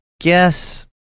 guess